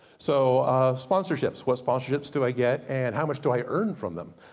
so sponsorships. what sponsorships do i get and how much do i earn from them.